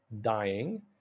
dying